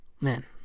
Man